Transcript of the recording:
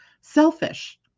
selfish